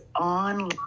online